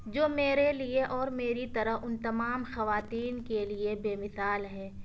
جو میرے لیے اور میری طرح ان تمام خواتین کے لیے بے مثال ہے